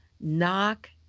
knock